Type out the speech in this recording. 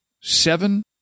Seven